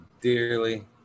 dearly